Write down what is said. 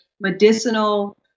medicinal